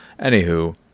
Anywho